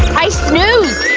i snoozed!